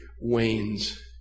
wanes